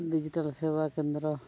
digital ᱥᱮᱵᱟ ᱠᱮᱱᱫᱨᱚ